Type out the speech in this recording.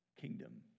kingdom